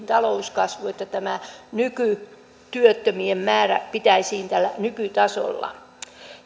talouskasvu että tämä työttömien määrä pidettäisiin tällä nykytasolla